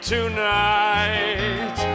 Tonight